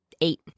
eight